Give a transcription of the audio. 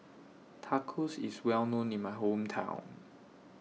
Tacos IS Well known in My Hometown